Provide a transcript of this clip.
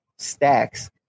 stacks